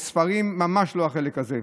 וספרים, ממש לא, החלק הזה.